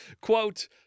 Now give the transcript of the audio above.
Quote